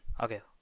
Okay